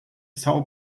são